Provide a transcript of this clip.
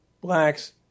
blacks